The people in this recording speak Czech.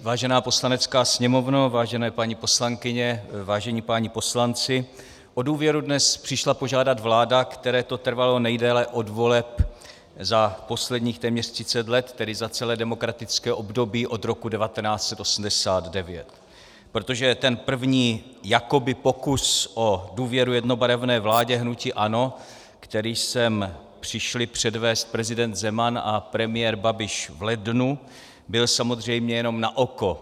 Vážená Poslanecká sněmovno, vážené paní poslankyně, vážení páni poslanci, o důvěru dnes přišla požádat vláda, které to trvalo nejdéle od voleb za posledních téměř 30 let, tedy za celé demokratické období od roku 1989, protože ten první jakoby pokus o důvěru jednobarevné vládě hnutí ANO, který sem přišli předvést prezident Zeman a premiér Babiš v lednu, byl samozřejmě jenom na oko.